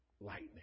lightning